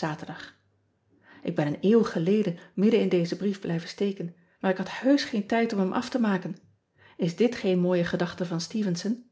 aterdag k ben een eeuw geleden midden in dezen brief blijven steken maar ik had heusch geen tijd om hem of te maken s dit geen mooie gedachte van tevenson